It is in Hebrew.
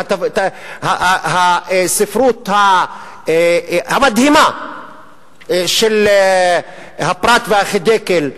הספרות המדהימה של הפרת והחידקל,